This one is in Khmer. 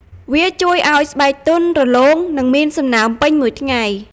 វាជួយឲ្យស្បែកទន់ រលោង និងមានសំណើមពេញមួយថ្ងៃ។